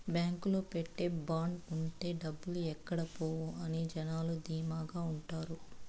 బాంకులో పెట్టే బాండ్ ఉంటే డబ్బులు ఎక్కడ పోవు అని జనాలు ధీమాగా ఉంటారు